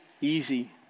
easy